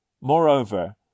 Moreover